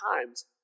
times